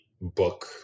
book